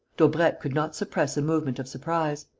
daubrecq could not suppress a movement of surprise